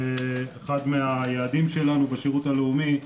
אחד מהיעדים שלנו בשירות הלאומי,